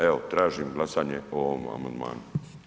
Evo, tražim glasanje o ovom amandmanu.